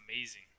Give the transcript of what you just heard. amazing